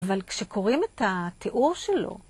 אבל כשקוראים את התיאור שלו...